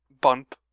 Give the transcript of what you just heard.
bump